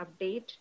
update